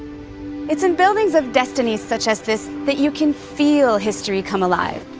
it's in buildings of destiny such as this that you can feel history come alive.